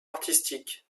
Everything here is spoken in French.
artistique